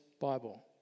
Bible